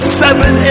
seven